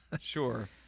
Sure